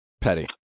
petty